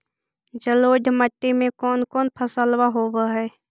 जलोढ़ मट्टी में कोन कोन फसल होब है?